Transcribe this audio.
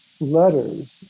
letters